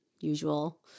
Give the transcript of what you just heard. usual